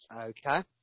Okay